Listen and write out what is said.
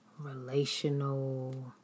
relational